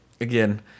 again